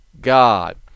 God